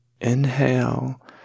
Inhale